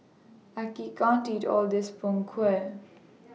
I can't eat All This Png Kueh